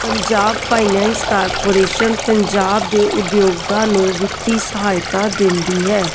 Punjab finance corporation Punjab ਦੇ ਉਦਯੋਗਾਂ ਨੂੰ ਵਿੱਤੀ ਸਹਾਇਤਾ ਦਿੰਦੀ ਹੈ